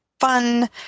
fun